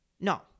no